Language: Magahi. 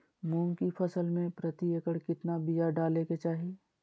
मूंग की फसल में प्रति एकड़ कितना बिया डाले के चाही?